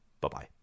Bye-bye